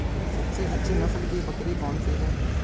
सबसे अच्छी नस्ल की बकरी कौन सी है?